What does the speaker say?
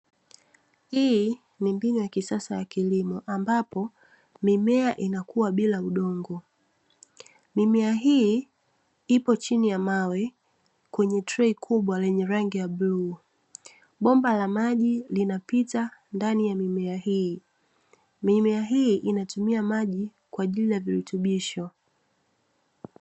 Hii ni mbinu ya kisasa ya kilimo ambapo mimea inakuwa bila udongo, mimea hii ipo chini ya mawe kwenye trei kubwa la rangi ya bluu. Bomba la maji linapita ndani ya mimea hii, mimea hii inatumia maji kwajili ya virutubisho.